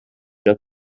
der